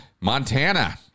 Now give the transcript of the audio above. montana